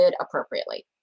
appropriately